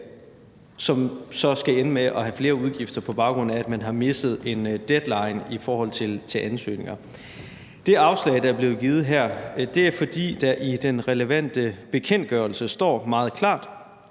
man så skal ende med at have flere udgifter, på baggrund af at man har misset en deadline i forhold til ansøgning. Det afslag, der er blevet givet her, er givet, fordi der i den relevante bekendtgørelse står meget klart,